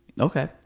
Okay